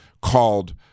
called